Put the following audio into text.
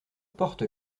porte